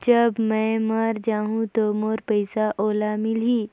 जब मै मर जाहूं तो मोर पइसा ओला मिली?